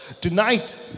Tonight